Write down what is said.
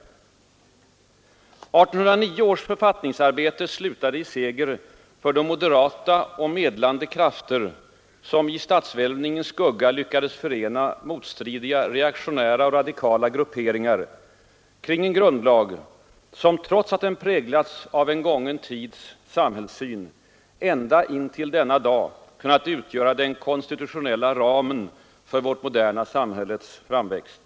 Onsdagen den 1809 års författningsarbete slutade i en seger för de moderata och 27 februari 1974 MmesRae ARTER som i statsvalvningena SKUSSATTYCKAdes förena mot Ny regeringsform stridiga reaktionära och radikala grupperingar kring en grundlag som — och ny riksdagstrots att den präglats av en gången tids samhällssyn — ända intill denna ordning, m.m. dag kunnat utgöra den konstitutionella ramen för vårt moderna samhälles framväxt.